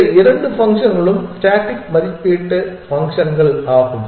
இந்த இரண்டு ஃபங்க்ஷன்களும் ஸ்டேடிக் மதிப்பீட்டு ஃபங்க்ஷன்கள் ஆகும்